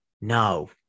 No